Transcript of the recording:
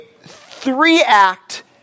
three-act